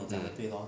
mm